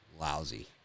Lousy